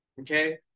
Okay